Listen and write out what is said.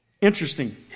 Interesting